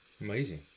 amazing